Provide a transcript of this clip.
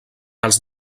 els